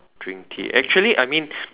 drink tea actually I mean